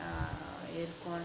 ah இருக்குனு:irukkunu